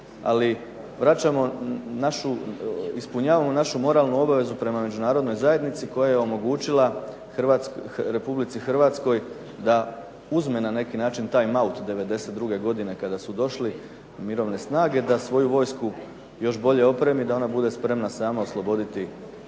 ispunjavamo našu moralnu obavezu prema Međunarodnoj zajednici koja je omogućila RH da uzme na neki način time out '92. godine kada su došle Mirovne snage da svoju vojsku još bolje opremi da ona bude spremna sama osloboditi tada